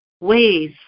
ways